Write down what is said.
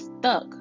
stuck